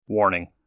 Warning